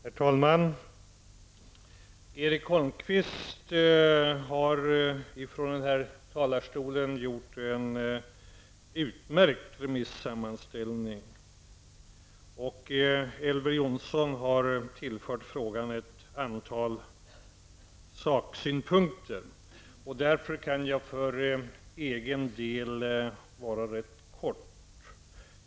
Herr talman! Erik Holmkvist har från denna talarstol gjort en utmärkt remissammanställning. Elver Jonsson har tillfört frågan ett antal saksynpunkter. Därför kan jag för egen del vara rätt kortfattad.